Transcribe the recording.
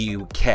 UK